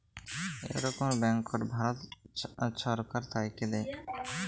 ইক রকমের ব্যাংকট ভারত ছরকার থ্যাইকে দেয়